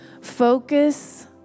focus